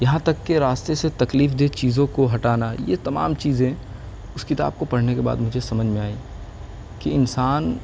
یہاں تک کہ راستے سے تکلیف دہ چیزوں کو ہٹانا یہ تمام چیزیں اس کتاب کو پڑھنے کے بعد مجھے سمجھ میں آئیں کہ انسان